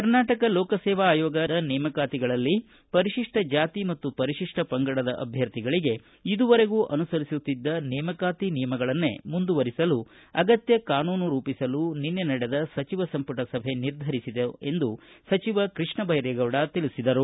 ಕರ್ನಾಟಕ ಲೋಕಸೇವಾ ಅಯೋಗ ನೇಮಕಾತಿಗಳಲ್ಲಿ ಪರಿಶಿಷ್ಟ ಜಾತಿ ಮತ್ತು ಪರಿಶಿಷ್ಟ ಪಂಗಡದ ಅಭ್ಯರ್ಥಿಗಳಿಗೆ ಇದುವರೆವಿಗೂ ಅನುಸರಿಸುತ್ತಿದ್ದ ನೇಮಕಾತಿ ನಿಯಮಗಳನ್ನೇ ಮುಂದುವರೆಸಲು ಅಗತ್ಯ ಕಾನೂನು ರೂಪಿಸಲು ಇಂದಿನ ಸಚಿವ ಸಂಪುಟ ಸಭೆ ನಿರ್ಧರಿಸಿದೆ ಎಂದು ಸಚಿವ ಕೃಷ್ಣ ಬೈರೇಗೌಡ ತಿಳಿಸಿದರು